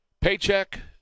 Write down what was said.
paycheck